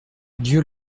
dieu